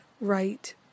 right